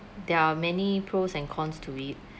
there are many pros and cons to it